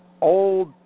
old